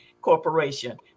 corporation